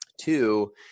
Two